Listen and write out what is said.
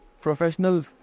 professional